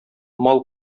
мал